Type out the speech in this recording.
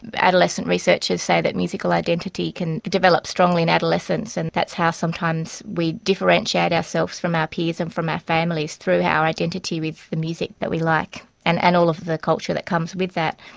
adolescent researchers say that musical identity can develop strongly in adolescence, and that's how sometimes we differentiate ourselves from our peers and from our families, through our identity with the music that we like and and all of the culture that comes with that.